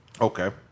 Okay